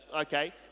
okay